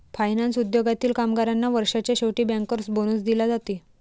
finance उद्योगातील कामगारांना वर्षाच्या शेवटी बँकर्स बोनस दिला जाते